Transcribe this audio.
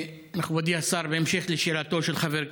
מכובדי השר, בהמשך לשאלתו של חבר הכנסת,